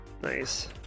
Nice